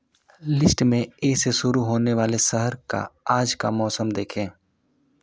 list में A से शुरू होने वाले शहर का आज का मौसम देखें